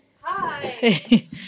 hi